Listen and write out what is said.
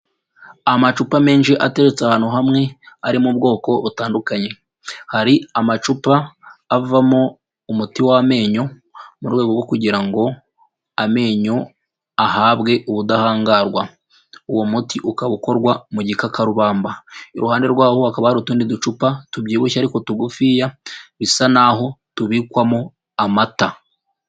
Amacupa menshi ateretse ahantu hamwe, ari mu bwoko butandukanye, hari amacupa avamo umuti w'amenyo, mu rwego rwo kugira ngo amenyo ahabwe ubudahangarwa, uwo muti ukaba ukorwa mu gikakarubamba, iruhande rwawo hakaba hari utundi ducupa tubyibushye ariko tugufiya bisa n'aho tubikwamo amata.